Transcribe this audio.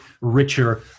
richer